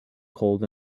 cold